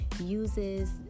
uses